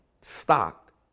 stock